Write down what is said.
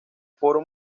foro